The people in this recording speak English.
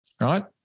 right